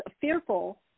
fearful